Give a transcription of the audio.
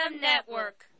Network